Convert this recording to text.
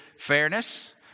Fairness